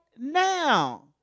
now